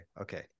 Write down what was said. Okay